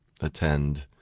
attend